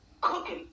cooking